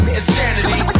insanity